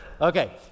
Okay